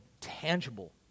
tangible